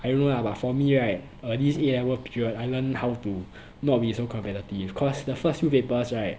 I don't know lah but for me right err this A level period I learned how to not be so competitive cause the first few papers right